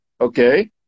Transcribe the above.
okay